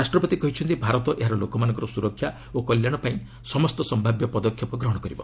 ରାଷ୍ଟ୍ରପତି କହିଚ୍ଚନ୍ତି ଭାରତ ଏହାର ଲୋକମାନଙ୍କର ସ୍ତରକ୍ଷା ଓ କଲ୍ୟାଣ ପାଇଁ ସମସ୍ତ ସମ୍ଭାବ୍ୟ ପଦକ୍ଷେପ ଗ୍ରହଣ କରିବ